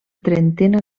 trentena